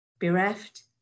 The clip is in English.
bereft